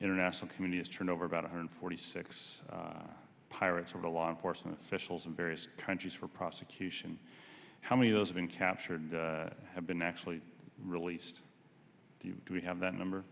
international community's turnover about one hundred forty six pirates of the law enforcement officials in various countries for prosecution how many of those have been captured and have been actually released do we have that number